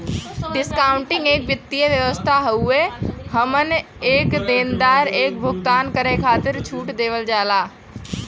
discounting एक वित्तीय व्यवस्था हउवे एमन एक देनदार एक भुगतान करे खातिर छूट देवल जाला